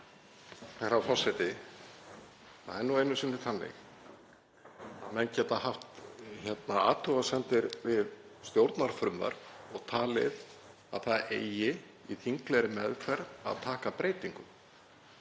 Herra forseti. Það er nú einu sinni þannig að menn geta haft athugasemdir við stjórnarfrumvarp og talið að það eigi í þinglegri meðferð að taka breytingum.